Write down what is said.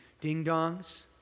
ding-dongs